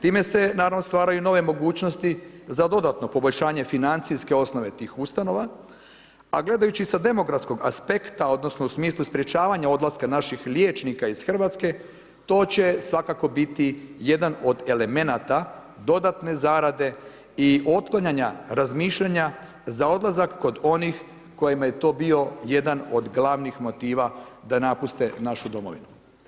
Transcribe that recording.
Time se naravno stvaraju nove mogućnost da dodatno poboljšanje financijske osnove tih ustanova a gledajući sa demografskog aspekta odnosno u smislu sprječavanja odlaska naših liječnika iz Hrvatske, to će svakako biti jedan od elemenata dodatne zarade i otklanjanja razmišljanja za odlazak kod onih kojima je to bio jedan od glavnih motiva da napuste našu domovinu.